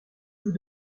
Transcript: vous